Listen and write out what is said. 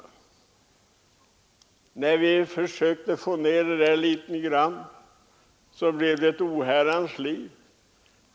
Och när vi försökte få ner detta litet grand blev det ett oherrans liv.